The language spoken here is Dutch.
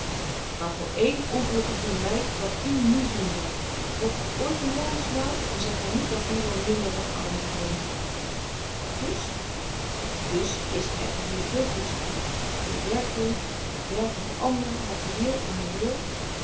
maar voor éen ongelukkige doen wat wij wat u nu doen zal wordt dat ooit in holland gedaan en zeg mij niet dat hier minder wordt armoê geleden dus dus is er hier veel goeds voor u uw werkkring het werken voor anderen materieel en moreel